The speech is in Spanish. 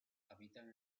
habitan